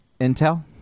intel